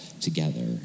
together